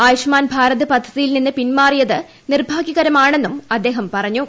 ആയുഷ് മാൻ ഭാരത് പദ്ധതിയിൽ നിന്ന് പിൻമാറിയത് നിർഭാഗ്യകരമാണെന്നും അദ്ദേഹം പറഞ്ഞു